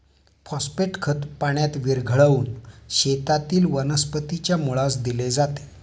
phosphate खत पाण्यात विरघळवून शेतातील वनस्पतीच्या मुळास दिले जाते